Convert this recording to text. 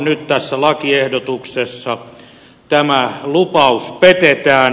nyt tässä lakiehdotuksessa tämä lupaus petetään